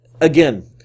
Again